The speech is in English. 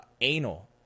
anal